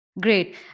Great